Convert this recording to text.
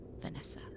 Vanessa